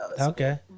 okay